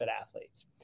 athletes